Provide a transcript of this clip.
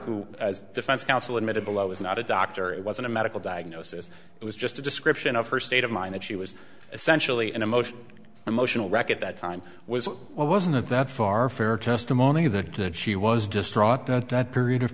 who as defense counsel admitted below was not a doctor it wasn't a medical diagnosis it was just a description of her state of mind that she was essentially an emotional emotional wreck at that time was well wasn't that far fair testimony that she was distraught that that period of